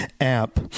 app